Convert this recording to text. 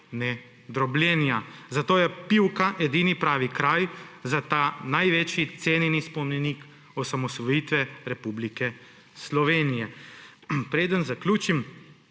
ne drobljenja. Zato je Pivka edini pravi kraj za ta največji cenjeni spomenik osamosvojitve Republike Slovenije. Preden zaključim,